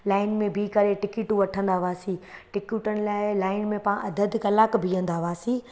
line में बीह करे टिकेटू वठंदा हुआसीं टिकटूनि लाइ लाइन में पां अधि अधि कलाक बीहंदा हुआसीं